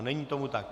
Není tomu tak.